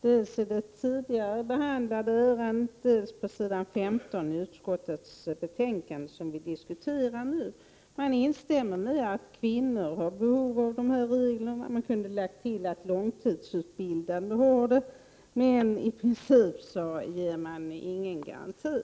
dels i det tidigare behandlade ärendet, dels på s. 15 i det betänkande vi nu diskuterar, om 15 och 30-årsreglerna. Man instämmer i att kvinnor har behov av dessa regler — man kunde ha tillagt att långtidsutbildade också har det — men i princip ger man ingen garanti.